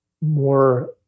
more